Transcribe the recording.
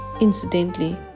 Incidentally